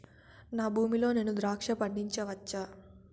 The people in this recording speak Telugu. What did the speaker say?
నా భూమి లో నేను ద్రాక్ష పండించవచ్చా?